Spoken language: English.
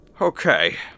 Okay